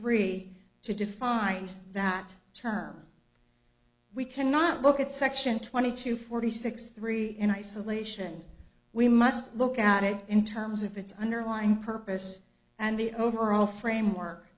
three to define that term we cannot look at section twenty two forty six three in isolation we must look at it in terms of its underlying purpose and the overall framework